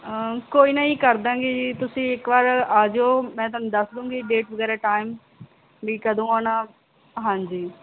ਕੋਈ ਨਾ ਜੀ ਕਰ ਦਵਾਂਗੇ ਜੀ ਤੁਸੀਂ ਇੱਕ ਵਾਰ ਆ ਜਿਓ ਮੈਂ ਤੁਹਾਨੂੰ ਦੱਸ ਦੂੰਗੀ ਡੇਟ ਵਗੈਰਾ ਟਾਈਮ ਵੀ ਕਦੋਂ ਆਉਣਾ ਹਾਂਜੀ